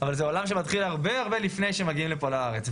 אבל זה עולם שמתחיל הרבה לפני שהם מגיעים לפה לארץ,